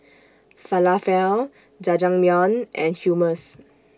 Falafel Jajangmyeon and Hummus